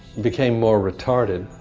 became more retarded